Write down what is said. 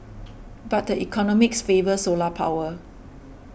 but the economics favour solar power